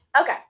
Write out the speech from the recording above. Okay